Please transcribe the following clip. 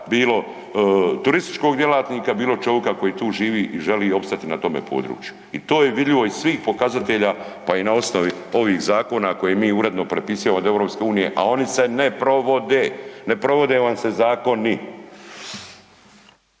bilo turističkog djelatnika, bilo čovika koji tu živi i želi opstati na tome području. I to je vidljivo iz svih pokazatelja pa i na osnovi ovih zakona koje mi uredno prepisujemo od EU, a oni se ne provode. Ne provode vam se zakoni.